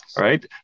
right